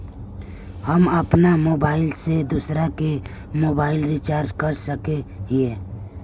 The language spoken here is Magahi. हम अपन मोबाईल से दूसरा के मोबाईल रिचार्ज कर सके हिये?